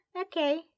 okay